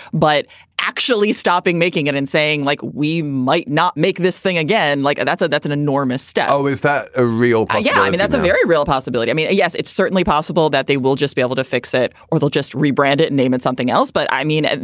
but actually stopping making it and saying like, we might not make this thing again. like, that's a that's an enormous step. oh, is that a real. yeah i mean, that's a very real possibility. i mean, yes, it's certainly possible that they will just be able to fix it or they'll just rebrand it. name it something else. but i mean, and